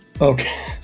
Okay